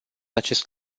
acest